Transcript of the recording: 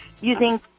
using